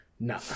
No